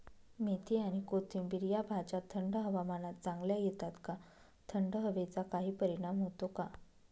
मेथी आणि कोथिंबिर या भाज्या थंड हवामानात चांगल्या येतात का? थंड हवेचा काही परिणाम होतो का?